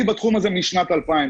אני בתחום הזה משנת 2000,